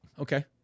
Okay